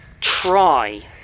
try